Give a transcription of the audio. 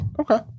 okay